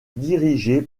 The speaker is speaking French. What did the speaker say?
dirigée